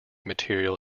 material